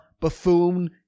buffoon